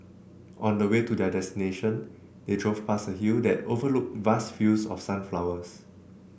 on the way to their destination they drove past a hill that overlooked vast fields of sunflowers